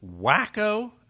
wacko